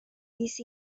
this